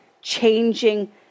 changing